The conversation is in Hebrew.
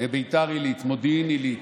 ביתר עילית, מודיעין עילית,